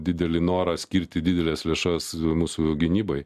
didelį norą skirti dideles lėšas mūsų gynybai